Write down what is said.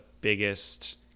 biggest